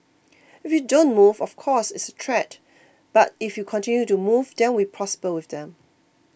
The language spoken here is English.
if you don't move of course it's a threat but if you continue to move then we prosper with them